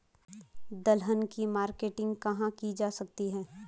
दलहन की मार्केटिंग कहाँ की जा सकती है?